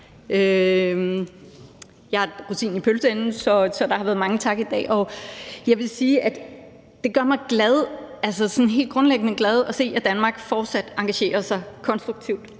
Jeg er rosinen i pølseenden, så der har været mange takke i dag. Jeg vil sige, at det gør mig sådan helt grundlæggende glad at se, at Danmark fortsat engagerer sig konstruktivt